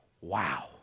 Wow